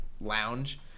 lounge